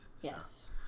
Yes